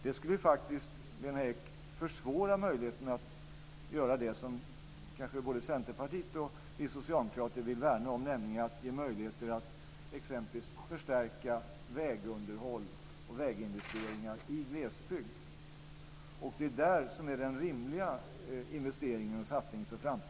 Det skulle, Lena Ek, minska möjligheterna t.ex. till det som kanske både Centerpartiet och vi socialdemokrater vill värna om, nämligen att förstärka vägunderhåll och väginvesteringar i glesbygd. Det är det som är den rimliga investeringssatsningen för framtiden.